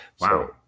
Wow